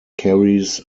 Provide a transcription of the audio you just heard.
carries